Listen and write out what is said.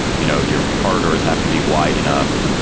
you know, your car doors have to be wide enough.